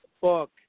book